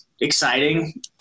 exciting